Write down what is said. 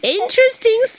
interesting